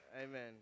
Amen